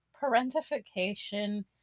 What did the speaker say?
Parentification